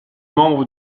membre